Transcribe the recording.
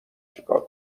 چیکار